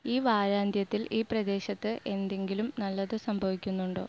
ഈ വാരാന്ത്യത്തിൽ ഈ പ്രദേശത്ത് എന്തെങ്കിലും നല്ലത് സംഭവിക്കുന്നുണ്ടോ